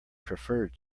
preferred